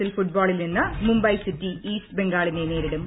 L ഫുട്ബോളിൽ ഇന്ന് Mumbai city east ബംഗാളിനെ നേരിടും